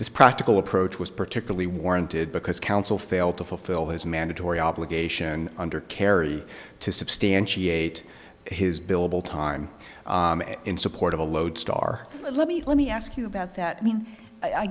this practical approach was particularly warranted because counsel failed to fulfill his mandatory obligation under kerry to substantiate his billable time in support of a lodestar let me let me ask you about that mean i